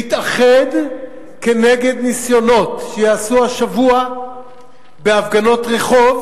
להתאחד כנגד ניסיונות שייעשו השבוע בהפגנות רחוב